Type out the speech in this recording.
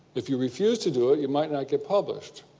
if you refused to do it you might not get published.